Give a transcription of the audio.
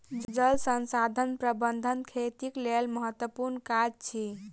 जल संसाधन प्रबंधन खेतीक लेल महत्त्वपूर्ण काज अछि